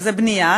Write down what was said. זה בנייה,